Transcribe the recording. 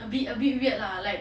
a bit a bit weird lah like